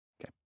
Okay